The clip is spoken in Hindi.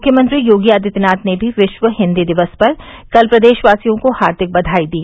मुख्यमंत्री योगी आदित्यनाथ ने भी विश्व हिन्दी दिवस पर कल प्रदेशवासियों को हार्दिक बघाई दी